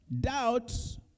Doubts